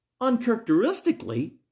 uncharacteristically